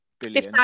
billion